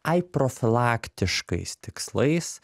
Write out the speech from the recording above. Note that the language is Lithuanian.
ai profilaktiškais tikslais